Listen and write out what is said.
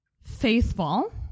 faithful